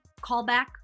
callback